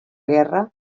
guerra